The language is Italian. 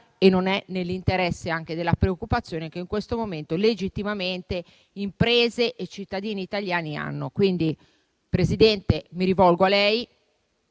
non è nell'interesse della causa, né della preoccupazione che in questo momento legittimamente imprese e cittadini italiani hanno. Signor Presidente, mi rivolgo a lei: